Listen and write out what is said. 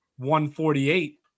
148